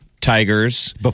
Tigers